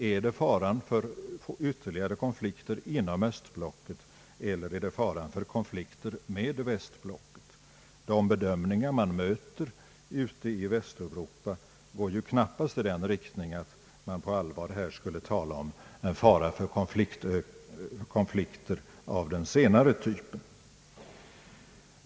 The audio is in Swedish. Är det faran för ytterligare konflikter inom östblocket, eller är det faran för konflikter med västblocket? De bedömningar man möter ute i Västeuropa går ju knappast i den riktningen att man på allvar skulle tala om en fara för konflikter av den senare typen.